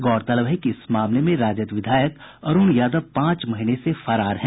गौरतलब है कि इस मामले में राजद विधायक अरुण यादव पांच महीने से फरार है